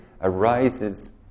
arises